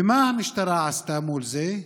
ומה המשטרה עשתה מול זה?